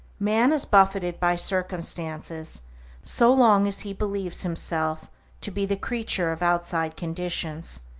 man is buffeted by circumstances so long as he believes himself to be the creature of outside conditions,